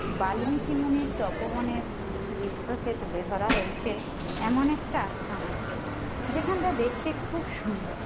বাল্মীকি মুনির তপোবনের দৃশ্যকে তুলে ধরা হয়েছে এমন একটা আশ্রম আছে যেখানটা দেখতে খুব সুন্দর